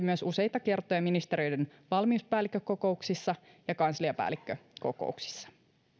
myös käsitelty useita kertoja ministeriöiden valmiuspäällikkökokouksissa ja kansliapäällikkökokouksissa